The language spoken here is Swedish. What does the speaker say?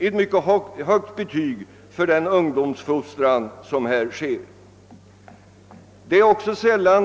ett mycket högt betyg åt den ungdomsfostran som sker inom dessa klubbar.